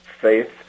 faith